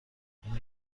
این